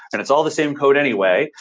and it's all the same code anyway.